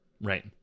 Right